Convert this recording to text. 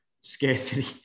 scarcity